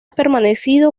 permanecido